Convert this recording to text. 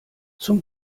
zum